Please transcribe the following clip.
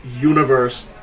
universe